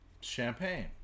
champagne